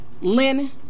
Lynn